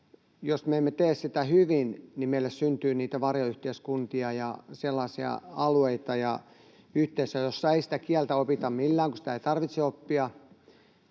jos me emme tee sitä hyvin, meille syntyy niitä varjoyhteiskuntia ja sellaisia alueita ja yhteisöjä, joissa ei sitä kieltä opita millään, kun sitä ei tarvitse oppia.